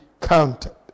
counted